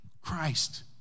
Christ